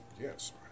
Yes